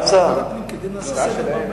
ההצעה שלהם,